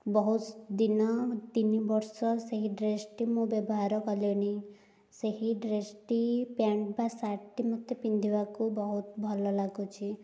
ବହୁତ ଦିନ ତିନି ବର୍ଷ ସେହି ଡ୍ରେସ୍ଟି ମୁଁ ବ୍ୟବହାର କଲିଣି ସେହି ଡ୍ରେସ୍ଟି ପ୍ୟାଣ୍ଟ୍ ବା ସାର୍ଟଟି ମୋତେ ପିନ୍ଧିବାକୁ ବହୁତ ଭଲ ଲାଗୁଛି